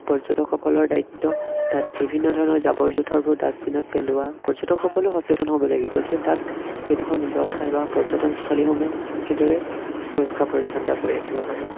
পৰ্যটকসকলৰ দায়িত্ব তাত বিভিন্ন ধৰণৰ জাবৰ জোঁথৰবোৰ ডাষ্টবিনত পেলোৱা পৰ্যটকসকললে সচেতন হ'ব লাগিব যে তাত সেইডোখৰ নিজৰ ঠাই বা পৰ্যটনস্থলীসমূহ সেইদৰে পৰিষ্কাৰ পৰিচ্ছন্নতা কৰি ৰাখিব পাৰি